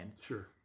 Sure